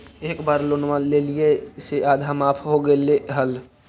एक बार लोनवा लेलियै से आधा माफ हो गेले हल?